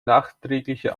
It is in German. nachträgliche